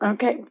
Okay